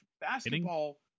basketball